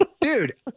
Dude